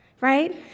right